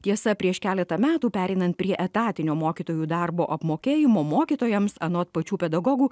tiesa prieš keletą metų pereinan prie etatinio mokytojų darbo apmokėjimo mokytojams anot pačių pedagogų